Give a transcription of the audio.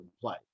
play